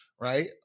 right